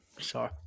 Sorry